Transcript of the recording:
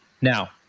Now